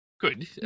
good